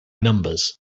numbers